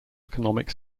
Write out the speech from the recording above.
economic